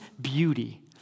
beauty